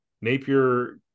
Napier